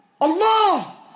Allah